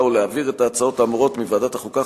ולהעביר את ההצעות האמורות מוועדת החוקה,